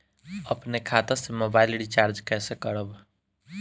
अपने खाता से मोबाइल रिचार्ज कैसे करब?